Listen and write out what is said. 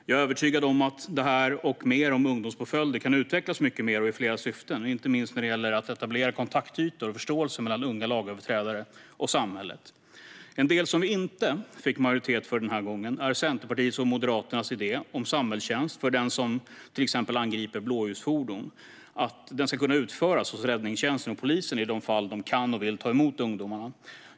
Jag är övertygad om att detta och mer om ungdomspåföljder kan utvecklas mycket mer och i flera syften, inte minst när det gäller att etablera kontaktytor och förståelse mellan unga lagöverträdare och samhället. En del som vi inte fick majoritet för denna gång är Centerpartiets och Moderaternas idé om samhällstjänst. Den som exempelvis angriper blåljusfordon ska kunna utföra samhällstjänst hos räddningstjänst och polisen i de fall som de kan och vill ta emot ungdomarna.